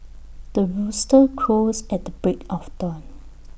the rooster crows at the break of dawn